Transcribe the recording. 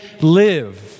live